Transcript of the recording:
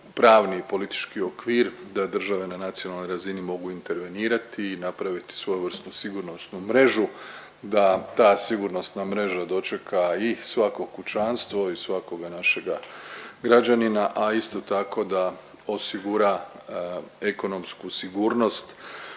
pravni i politički okvir da države na nacionalnoj razini mogu intervenirati i napraviti svojevrsnu sigurnosnu mrežu. Da ta sigurnosna mreža dočeka i svako kućanstvo i svakoga našega građanina, a isto tako da osigura ekonomsku sigurnost